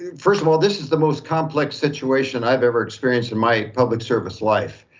first of all, this is the most complex situation i've ever experienced in my public service life.